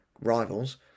rivals